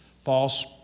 false